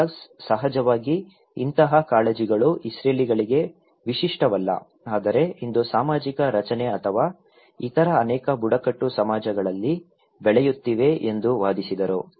Douglas ಸಹಜವಾಗಿ ಇಂತಹ ಕಾಳಜಿಗಳು ಇಸ್ರೇಲಿಗಳಿಗೆ ವಿಶಿಷ್ಟವಲ್ಲ ಆದರೆ ಇಂದು ಸಾಮಾಜಿಕ ರಚನೆ ಅಥವಾ ಇತರ ಅನೇಕ ಬುಡಕಟ್ಟು ಸಮಾಜಗಳಲ್ಲಿ ಬೆಳೆಯುತ್ತಿವೆ ಎಂದು ವಾದಿಸಿದರು